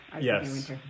Yes